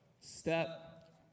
Step